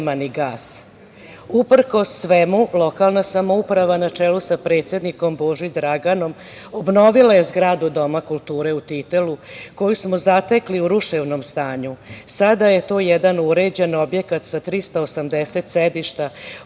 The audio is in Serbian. gas. Uprkos svemu, lokalna samouprava na čelu sa predsednikom Božić Draganom obnovila je zgradu Doma kulture u Titelu, koju smo zatekli u ruševnom stanju. Sada je to jedan uređen objekat sa 380 sedišta,